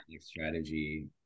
Strategy